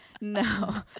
No